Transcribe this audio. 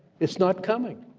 it's not coming,